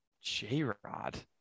J-Rod